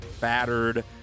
battered